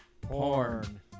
porn